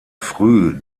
früh